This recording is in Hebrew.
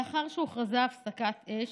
לאחר שהוכרזה הפסקת אש,